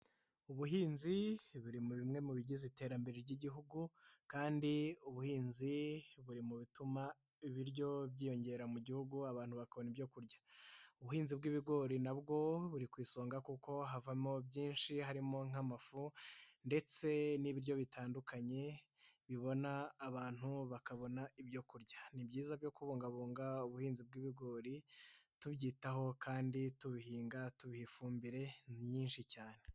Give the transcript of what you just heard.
Ubuhinzi buri muri bimwe mu bigize iterambere ry'igihugu, kandi ubuhinzi buri mu bituma ibiryo byiyongera mu gihugu abantu bakobona ibyo kurya. Ubuhinzi bw'ibigori nabwo buri ku isonga kuko havamo byinshi harimo nk'amafu ndetse n'ibiryo bitandukanye, bibona abantu bakabona ibyo kurya. Ni byiza byo kubungabunga ubuhinzi bw'ibigori, tubyitaho kandi tubihinga, tubiha ifumbire nyinshi cyane.